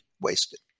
wasted